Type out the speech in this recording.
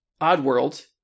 Oddworld